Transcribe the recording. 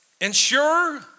Ensure